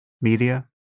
Media